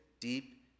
deep